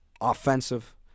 offensive